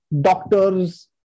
doctors